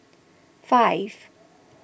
five